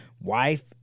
wife